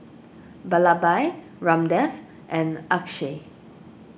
Vallabhbhai Ramdev and Akshay